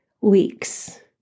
weeks